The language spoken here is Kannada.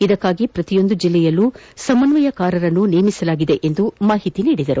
ಇದಕ್ಕಾಗಿ ಪ್ರತಿಯೊಂದು ಜಿಲ್ಲೆಯಲ್ಲಿ ಸಮನ್ವಯಕಾರರನ್ನು ನೇಮಿಸಲಾಗಿದೆ ಎಂದು ಮಾಹಿತಿ ನೀಡಿದರು